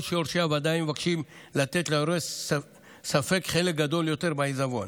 או שיורשי הוודאי מבקשים לתת ליורש ספק חלק גדול יותר בעיזבון.